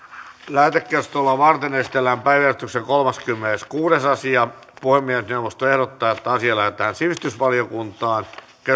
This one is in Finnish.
lähetekeskustelua varten esitellään päiväjärjestyksen kolmaskymmeneskuudes asia puhemiesneuvosto ehdottaa että asia lähetetään sivistysvaliokuntaan